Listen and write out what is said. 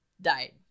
died